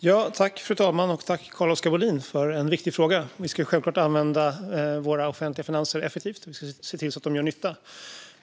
Fru talman! Tack, Carl-Oskar Bohlin, för en viktig fråga! Vi ska självklart använda våra offentliga finanser effektivt och se till att de gör nytta.